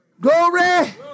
glory